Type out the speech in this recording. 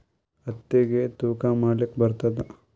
ಹತ್ತಿಗಿ ತೂಕಾ ಮಾಡಲಾಕ ಬರತ್ತಾದಾ?